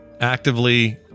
actively